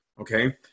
okay